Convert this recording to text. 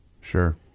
Sure